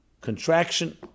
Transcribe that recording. contraction